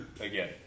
again